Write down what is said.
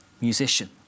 musician